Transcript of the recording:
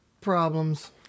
problems